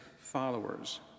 followers